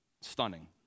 Stunning